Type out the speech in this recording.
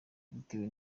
bitewe